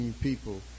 people